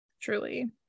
Truly